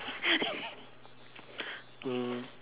um